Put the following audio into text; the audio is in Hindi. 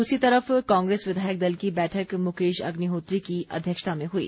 द्रसरी तरफ कांग्रेस विधायक दल की बैठक मुकेश अग्निहोत्री की अध्यक्षता मे हुई